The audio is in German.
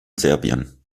serbien